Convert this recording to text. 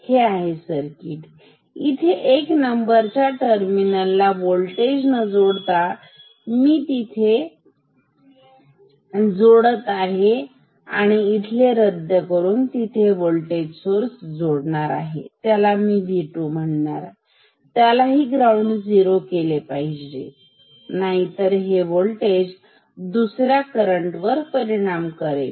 हे आहे सर्किट जिथे वर एक नंबरच्या टर्मिनल ला वोल्टेज न जोडता मी तो इथे जोडत आहे म्हणून इथले रद्द करून मी तिकडे वोल्टेज सोर्स जोडणार त्याला मी V2 म्हणणार त्यालाही ग्राउंड झिरो केले पाहिजे ठीक नाहीतर हे होल्टेज दुसऱ्या करंट वर परिणाम करेल